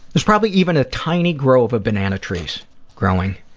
there's probably even a tiny grove of banana trees growing